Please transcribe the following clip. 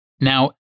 Now